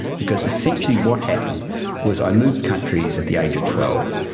because essentially what happened was i moved countries at the age of twelve,